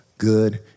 good